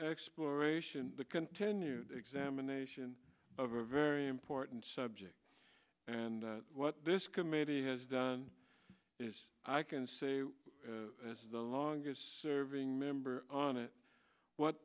exploration the continued examination of a very important subject and what this committee has done is i can say as the longest serving member on it what